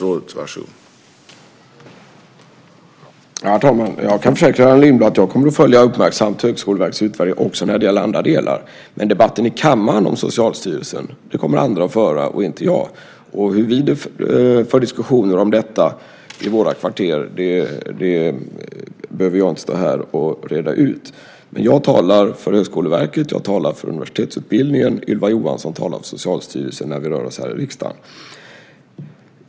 Herr talman! Jag kan försäkra Göran Lindblad att jag kommer att följa Högskoleverkets utvärdering uppmärksamt också när det gäller andra delar, men debatten i kammaren om Socialstyrelsen kommer andra att föra, inte jag. Hur vi för diskussioner om detta i våra kvarter behöver jag inte stå här och reda ut. Jag talar för Högskoleverket och för universitetsutbildningen och Ylva Johansson talar om Socialstyrelsen när vi rör oss här i riksdagen.